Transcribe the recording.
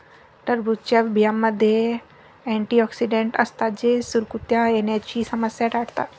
टरबूजच्या बियांमध्ये अँटिऑक्सिडेंट असतात जे सुरकुत्या येण्याची समस्या टाळतात